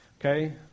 okay